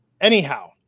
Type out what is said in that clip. Anyhow